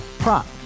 Prop